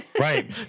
Right